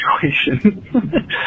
situation